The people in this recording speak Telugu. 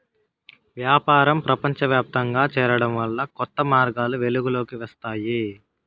వ్యాపారం ప్రపంచవ్యాప్తంగా చేరడం వల్ల కొత్త మార్గాలు వెలుగులోకి వస్తాయి